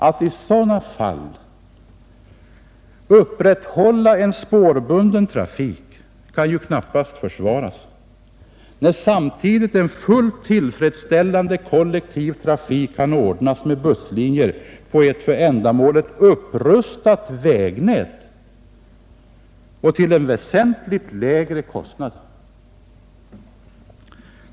Att i sådana fall upprätthålla en spårbunden trafik kan ju knappast försvaras när samtidigt en fullt tillfredsställande kollektiv trafik kan ordnas med busslinjer på ett för ändamålet upprustat vägnät och till en väsentligt lägre kostnad.